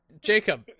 Jacob